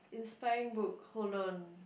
inspiring book hold on